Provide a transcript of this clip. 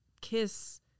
kiss